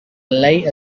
lie